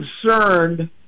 concerned